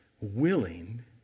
willing